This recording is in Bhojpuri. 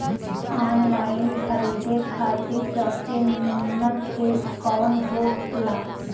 आनलाइन खरीदे खातिर सबसे नीमन एप कवन हो ला?